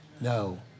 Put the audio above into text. No